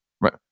right